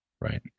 right